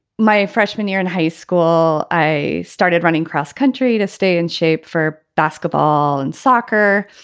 my freshman year in high school, i started running cross-country to stay in shape for basketball and soccer.